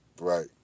Right